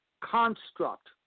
construct